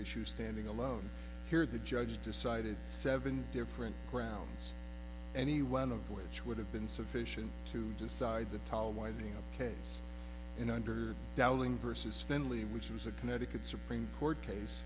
issue standing alone here the judge decided seven different grounds any one of which would have been sufficient to decide the ta winding up case in under dowling versus finley which was a connecticut supreme court case